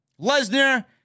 Lesnar